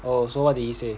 oh so what did he say